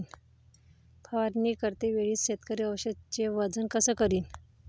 फवारणी करते वेळी शेतकरी औषधचे वजन कस करीन?